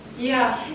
yeah.